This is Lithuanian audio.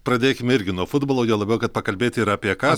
pradėkim irgi nuo futbolo juo labiau kad pakalbėti yra apie ką